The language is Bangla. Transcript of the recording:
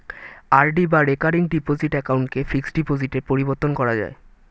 আর.ডি বা রেকারিং ডিপোজিট অ্যাকাউন্টকে ফিক্সড ডিপোজিটে পরিবর্তন করা যায়